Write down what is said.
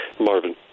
Marvin